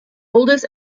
oldest